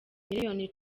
miliyoni